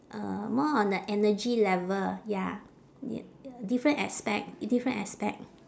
uh more on the energy level ya y~ different aspect different aspect